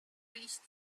reached